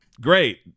Great